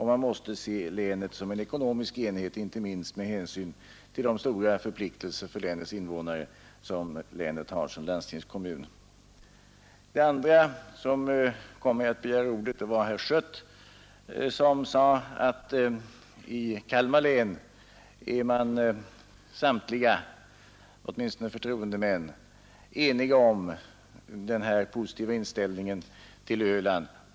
Man måste se länet som en ekonomisk enhet inte minst med tanke på de stora förpliktelser mot länets invånare som länet som landstingskommun har. Den andra saken som kom mig att begära ordet var att herr Schött sade att samtliga förtroendemän i Kalmar län — oavsett partitillhörighet — är eniga beträffande den positiva inställningen till Öland.